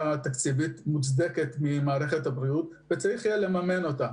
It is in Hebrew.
תקציבית מוצדקת מצד מערכת הבריאות וצריך יהיה לממן אותה.